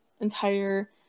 entire